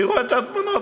תראו את התמונות,